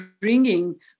bringing